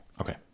Okay